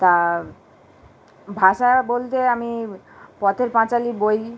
তা ভাষা বলতে আমি পথের পাঁচালী বই